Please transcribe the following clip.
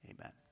Amen